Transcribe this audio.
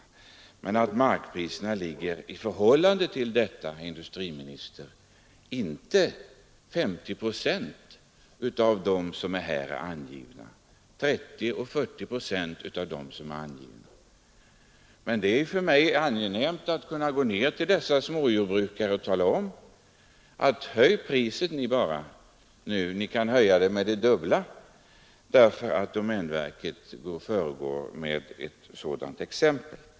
Men arrendepriserna herr industriminister, uppgår inte ens till 30—40 procent av de priser som här har angivits. För mig är det angenämt att kunna gå till dessa småjordbrukare och säga: Ni kan höja priset till det dubbla; domänverket föregår med ett sådant exempel.